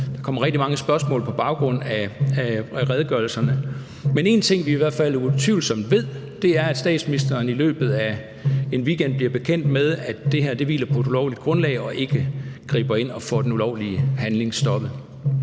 der kommer rigtig mange spørgsmål på baggrund af redegørelserne. Men en ting, vi i hvert fald utvivlsomt ved, er, at statsministeren i løbet af en weekend bliver bekendt med, at det her hviler på et ulovligt grundlag og ikke griber ind og får den ulovlige handling stoppet.